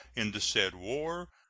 in the said war,